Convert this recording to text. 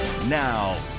Now